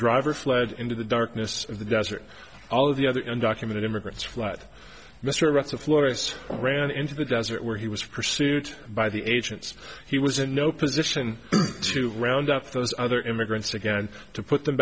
driver fled into the darkness of the desert all of the other in documented immigrants flat mr s a florist ran into the desert where he was pursued by the agents he was in no position to round up those other immigrants again to put them